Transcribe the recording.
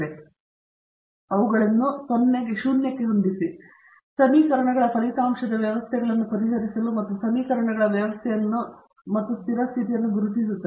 ಮತ್ತು ಅವುಗಳನ್ನು 0 ಗೆ ಹೊಂದಿಸಿ ಸಮೀಕರಣಗಳ ಫಲಿತಾಂಶದ ವ್ಯವಸ್ಥೆಗಳನ್ನು ಪರಿಹರಿಸಲು ಮತ್ತು ಸಮೀಕರಣಗಳ ವ್ಯವಸ್ಥೆಯನ್ನು ಮತ್ತು ಸ್ಥಿರ ಸ್ಥಿತಿಯನ್ನು ಗುರುತಿಸುತ್ತದೆ